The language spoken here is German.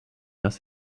das